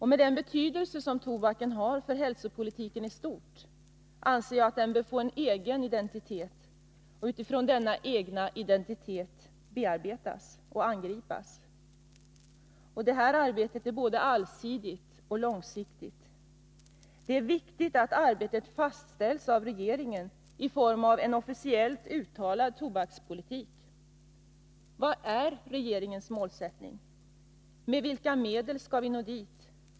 Med den betydelse som tobaken har för hälsopolitiken i stort, anser jag att den bör få en egen identitet och utifrån denna identitet bearbetas och angripas. Detta arbete är både allsidigt och långsiktigt. Det är viktigt att målet för arbetet fastställs av regeringen i form av en officiellt uttalad tobakspolitik. Vad är regeringens målsättning? Med vilka medel skall vi nå dit?